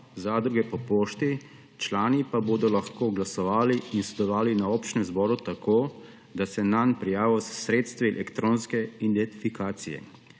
zadruge po pošti, člani pa bodo lahko glasovali in sodelovali na občnem zboru tako, da se nanj prijavijo s sredstvi elektronske identifikacije.